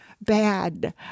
bad